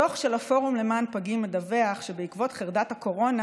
דוח של הפורום למען פגים מדווח שבעקבות חרדת הקורונה